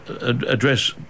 address